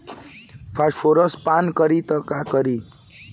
Phosphorus पान करी त का करी?